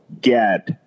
get